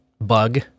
bug